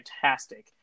fantastic